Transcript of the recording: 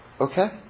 Okay